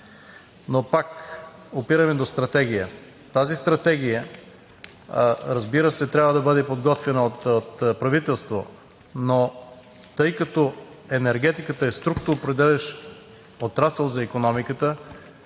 Но пак опираме до стратегия. Тази стратегия, разбира се, трябва да бъде подготвена от правителство, но тъй като енергетиката е структуроопределящ отрасъл за икономиката,